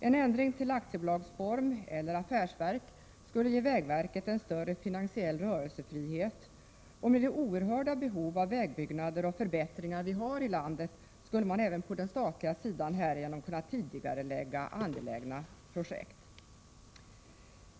En ändring till aktiebolagsform eller affärsverk skulle ge vägverket en större finansiell rörelsefrihet, och med det oerhörda behov av vägutbyggnader och förbättringar som vi har i landet skulle man även på den statliga sidan härigenom kunna tidigarelägga angelägna projekt.